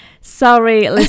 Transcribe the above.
sorry